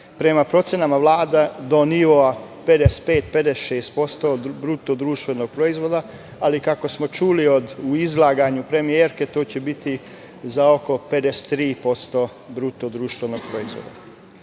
prema procenama, do nivoa 55-56% bruto društvenog proizvoda, ali kako smo čuli u izlaganju premijerke, to će biti za oko 53% bruto društvenog proizvoda. Prihodi